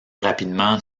rapidement